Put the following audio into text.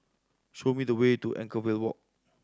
show me the way to Anchorvale Walk